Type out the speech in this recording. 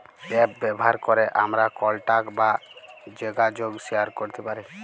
app ব্যাভার ক্যরে আমরা কলটাক বা জ্যগাজগ শেয়ার ক্যরতে পারি